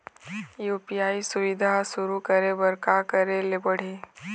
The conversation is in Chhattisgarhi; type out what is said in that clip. यू.पी.आई सुविधा शुरू करे बर का करे ले पड़ही?